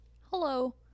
Hello